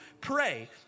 pray